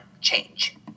change